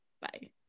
Bye